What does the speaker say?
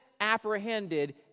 apprehended